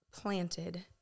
planted